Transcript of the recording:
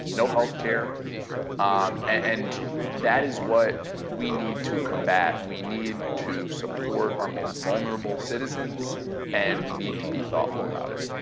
no health care um and that is what we need to combat. we need to support our most vulnerable citizens and we need to be thoughtful about it.